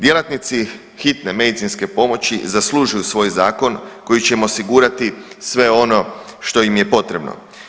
Djelatnici hitne medicinske pomoći zaslužuju svoj zakon koji će im osigurati sve ono što im je potrebno.